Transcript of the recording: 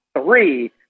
three